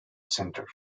center